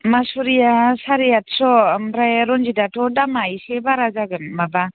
मासुरिआ साराय आदस' ओमफ्राय रनजितआथ' दामा एसे बारा जागोन माबा